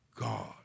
God